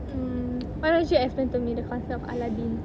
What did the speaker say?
mm why don't you explain to me the concept of aladdin